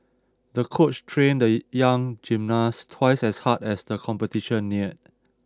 the coach trained the young gymnast twice as hard as the competition neared